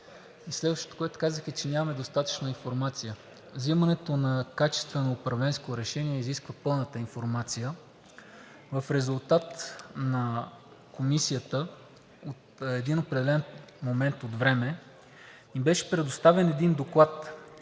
Следващото, което казах, е, че нямаме достатъчно информация. Взимането на качествено управленско решение изисква пълната информация. В резултат на Комисията от един определен момент от време ни беше предоставен един доклад